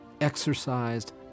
exercised